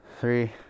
three